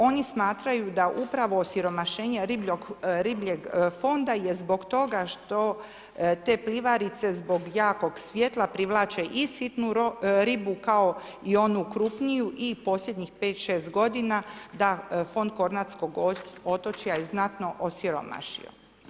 Oni smatraju da upravo osiromašenje ribljeg fonda je zbog toga što te plivarice zbog jakog svjetla privlače i sitnu ribu, kao i onu krupniju i posljednjih 5, 6 godina da fond Kornatskog otočja je znatno osiromašio.